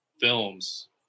films